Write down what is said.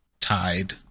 tied